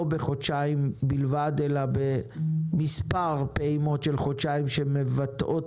בחודשיים בלבד אלא במספר פעימות של חודשיים שמבטאות